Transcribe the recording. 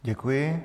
Děkuji.